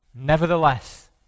Nevertheless